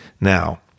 Now